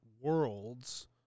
worlds